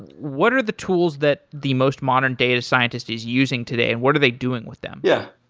what are the tools that the most modern data scientist is using today and what are they doing with them? yeah.